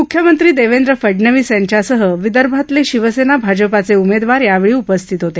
मुख्यमंत्री देवेंद्र फडनवीस यांच्यासह विदर्भातले शिवसेना भाजपाचे उमेदवार यावेळी उपस्थित होते